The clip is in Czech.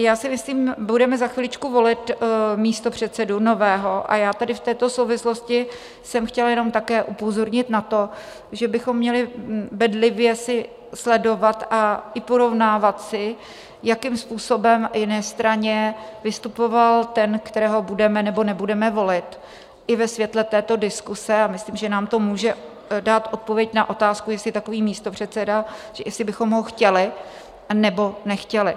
Já si myslím, budeme za chviličku volit nového místopředsedu, a já tedy v této souvislosti jsem chtěla jenom také upozornit na to, že bychom měli bedlivě sledovat a i si porovnávat, jakým způsobem v jiné straně vystupoval ten, kterého budeme nebo nebudeme volit, i ve světle této diskuse, a myslím, že nám to může dát odpověď na otázku, jestli takový místopředseda... jestli bychom ho chtěli, anebo nechtěli.